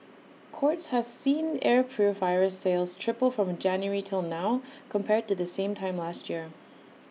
courts has seen air purifier sales triple from January till now compared to the same time last year